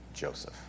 joseph